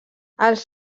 els